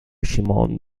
shimon